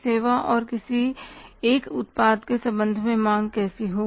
सेवा और किसी एक उत्पाद के संबंध में मांग कैसे होगी